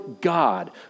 God